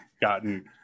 gotten